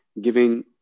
giving